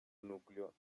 núcleo